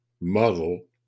muzzle